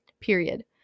period